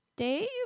Dave